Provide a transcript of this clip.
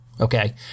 okay